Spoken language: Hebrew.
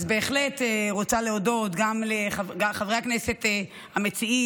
אז אני בהחלט רוצה להודות גם לחברי הכנסת המציעים,